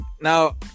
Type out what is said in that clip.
Now